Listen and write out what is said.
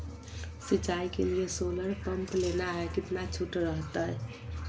सिंचाई के लिए सोलर पंप लेना है कितना छुट रहतैय?